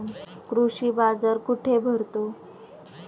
कृषी बाजार कुठे भरतो?